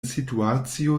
situacio